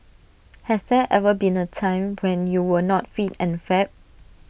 has there ever been A time when you were not fit and fab